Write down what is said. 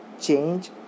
change